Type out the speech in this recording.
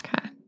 Okay